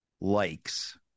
likes